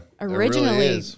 originally